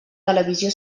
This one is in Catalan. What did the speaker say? televisió